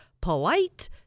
polite